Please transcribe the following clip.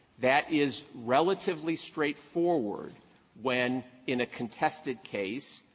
that is relatively straightforward when, in a contested case,